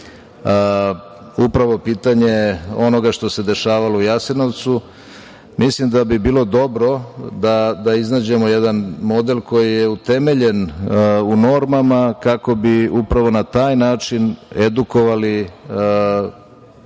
upravo pitanje onoga što se dešavalo u Jasenovcu. Mislim da bi bilo dobro da iznađemo jedan model koji je utemeljen u normama, kako bi upravo na taj način edukovali